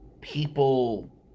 People